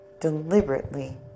deliberately